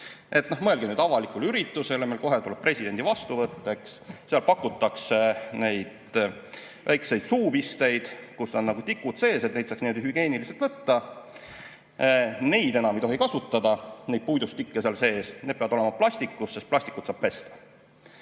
Mõelge nüüd avalikule üritusele. Meil tuleb kohe presidendi vastuvõtt, eks ole. Seal pakutakse neid väikseid suupisteid, kus on tikud sees, et neid saaks niimoodi hügieeniliselt võtta. Neid enam ei tohi kasutada, ned puidust tikke. Need peavad olema plastikust, sest plastikut saab pesta.